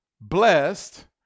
blessed